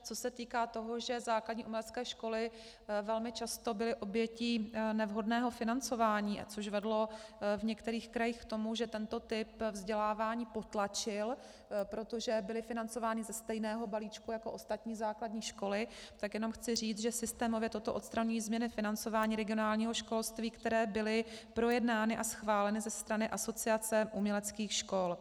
Co se týká toho, že základní umělecké školy velmi často byly obětí nevhodného financování, což vedlo v některých krajích k tomu, že tento typ vzdělávání potlačili, protože byly financovány ze stejného balíčku jako ostatní základní školy, tak jenom chci říct, že systémově toto odstraňují změny financování regionálního školství, které byly projednány a schváleny ze strany Asociace uměleckých škol.